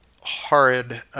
horrid